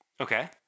Okay